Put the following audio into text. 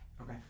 Okay